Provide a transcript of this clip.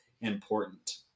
important